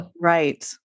Right